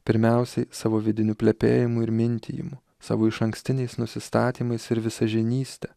pirmiausiai savo vidiniu plepėjimu ir mintijimu savo išankstiniais nusistatymais ir visažinyste